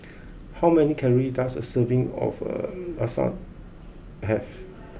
how many calories does a serving of a Lasagne have